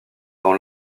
dans